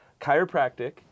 chiropractic